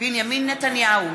בנימין נתניהו,